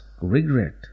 regret